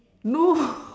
no